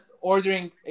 ordering